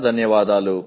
చాలా ధన్యవాదాలు